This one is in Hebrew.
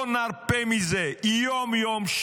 לא נרפה מזה יום-יום,